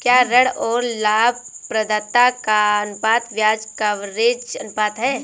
क्या ऋण और लाभप्रदाता का अनुपात ब्याज कवरेज अनुपात है?